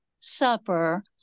supper